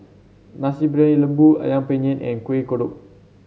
Nasi Briyani Lembu ayam Penyet and Kueh Kodok